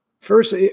first